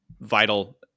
vital